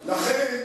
לכן,